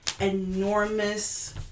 enormous